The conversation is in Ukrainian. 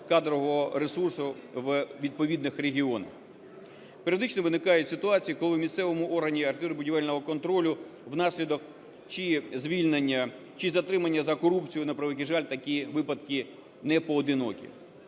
кадрового ресурсу у відповідних регіонах. Періодично виникають ситуації, коли в місцевому органі архітектурно-будівельного контролю внаслідок чи звільнення, чи затримання за корупцію, на превеликий жаль, такі випадки непоодинокі.